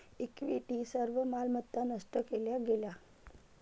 equity सर्व मालमत्ता नष्ट केल्या गेल्या